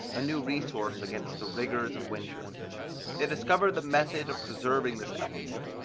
a new resource against the rigours of winter they discovered the method of preserving this element,